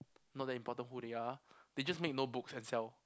not that important who they are they just make notebooks and sell